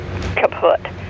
kaput